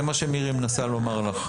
זה מה שמירי מנסה לומר לך.